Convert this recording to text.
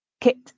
Kit